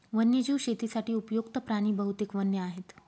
वन्यजीव शेतीसाठी उपयुक्त्त प्राणी बहुतेक वन्य आहेत